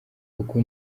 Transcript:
uku